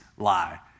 Lie